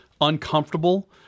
uncomfortable